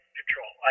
control